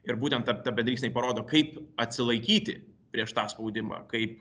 ir būtent ta ta bendryksniai parodo kaip atsilaikyti prieš tą spaudimą kaip